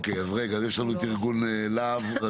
יש את ארגון לה"ב.